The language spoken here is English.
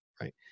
Right